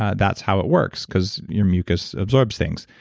ah that's how it works because your mucus absorbs things.